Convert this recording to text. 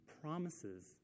promises